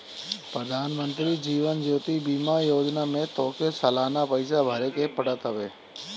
प्रधानमंत्री जीवन ज्योति बीमा योजना में तोहके सलाना पईसा भरेके पड़त हवे